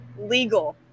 legal